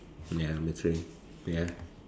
ya number three ya